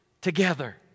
together